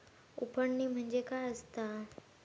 उफणणी म्हणजे काय असतां?